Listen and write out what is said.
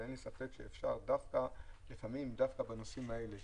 אין לי ספק שלפעמים דווקא בנושאים האלה,